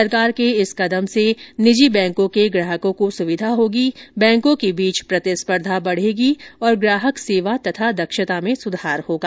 सरकार के इस कदम से निजी बैंकों के ग्राहकों को सुविधा होगी बैंकों के बीच प्रतिस्पर्धा बर्देगी और ग्राहक सेवा तथा दक्षता में सुधार होगा